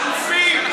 אלופים,